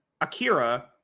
Akira